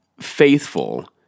faithful